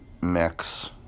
mix